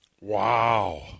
Wow